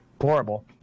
horrible